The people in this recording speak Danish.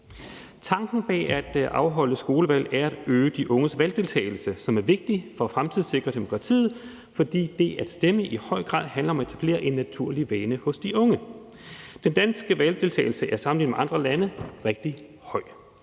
Tanken bag at afholde skolevalg er at øge de unges valgdeltagelse, hvilket er vigtigt for at fremtidssikre demokratiet, fordi det at stemme i høj grad handler om at etablere en naturlig vane hos de unge. Den danske valgdeltagelse er sammenlignet med andre landes rigtig høj,